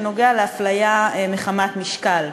שנוגע להפליה מחמת משקל,